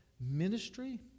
ministry